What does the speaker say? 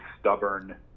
stubborn